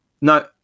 No